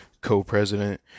co-president